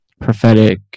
prophetic